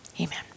amen